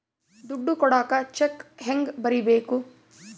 ದುಡ್ಡು ಕೊಡಾಕ ಚೆಕ್ ಹೆಂಗ ಬರೇಬೇಕು?